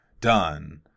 done